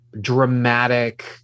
dramatic